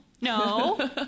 no